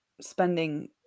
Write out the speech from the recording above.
spending